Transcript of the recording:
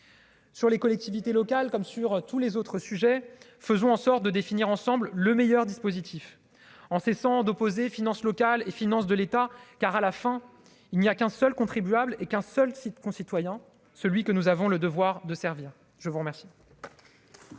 Sur les collectivités locales, comme sur tous les autres sujets, faisons en sorte de définir ensemble le meilleur dispositif en cessant d'opposer finances locales et finances de l'État, car à la fin, il n'y a qu'un seul contribuable et qu'un seul site concitoyens celui que nous avons le devoir de servir, je vous remercie.